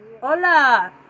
Hola